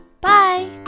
Bye